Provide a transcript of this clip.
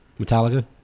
Metallica